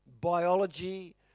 biology